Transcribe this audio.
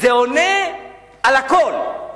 זה עונה על הכול: